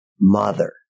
mother